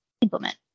implement